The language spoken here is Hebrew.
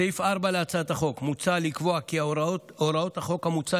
בסעיף 4 להצעת החוק מוצע לקבוע כי הוראות החוק המוצע